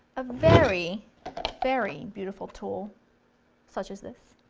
a very very beautiful tool such as this